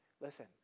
Listen